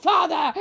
Father